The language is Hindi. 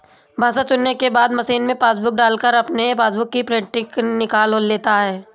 भाषा चुनने के बाद मशीन में पासबुक डालकर अपने पासबुक की प्रिंटिंग निकाल लेता है